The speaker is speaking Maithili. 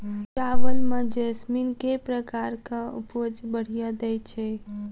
चावल म जैसमिन केँ प्रकार कऽ उपज बढ़िया दैय छै?